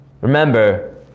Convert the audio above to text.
remember